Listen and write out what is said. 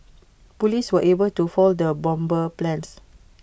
Police were able to foil the bomber's plans